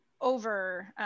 Over